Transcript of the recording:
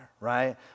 right